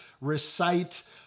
recite